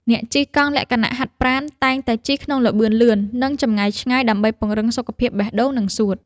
អ្នកជិះកង់លក្ខណៈហាត់ប្រាណ តែងតែជិះក្នុងល្បឿនលឿន និងចម្ងាយឆ្ងាយដើម្បីពង្រឹងសុខភាពបេះដូង និងសួត។